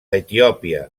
etiòpia